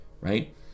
right